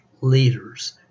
leaders